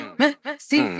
messy